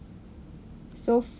so